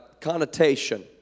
connotation